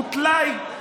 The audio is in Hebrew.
הוא טלאי.